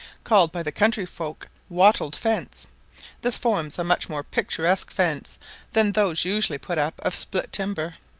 called by the country folk wattled fence this forms a much more picturesque fence than those usually put up of split timber.